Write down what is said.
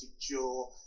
jaw